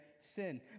sin